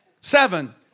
seven